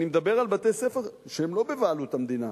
אני מדבר על בתי-ספר שהם לא בבעלות המדינה.